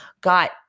got